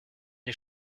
les